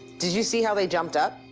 did you see how they jumped up?